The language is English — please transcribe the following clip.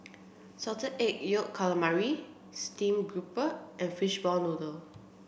salted egg yolk calamari steamed grouper and fishball noodle